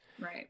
Right